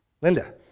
Linda